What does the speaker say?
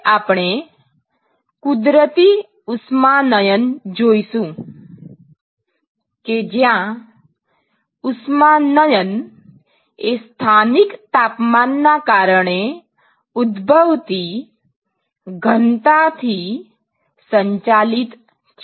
હવે આપણે કુદરતી ઉષ્માનયન જોઈશું કે જ્યાં ઉષ્માનયન એ સ્થાનિક તાપમાનના કારણે ઉદ્ભવતી ઘનતા થી સંચાલિત છે